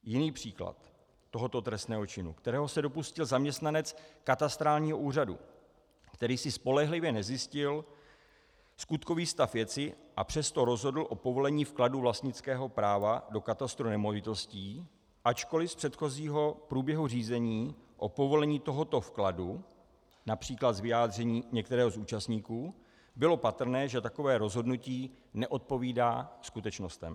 Jiný příklad tohoto trestného činu, kterého se dopustil zaměstnanec katastrálního úřadu, který si spolehlivě nezjistil skutkový stav věci, a přesto rozhodl o povolení vkladu vlastnického práva do katastru nemovitostí, ačkoliv z předchozího průběhu řízení o povolení tohoto vkladu, například z vyjádření některého z účastníků, bylo patrné, že takové rozhodnutí neodpovídá skutečnostem.